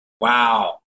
Wow